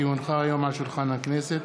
כי הונחה היום על שולחן הכנסת,